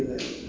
ya